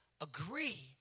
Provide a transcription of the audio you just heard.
agree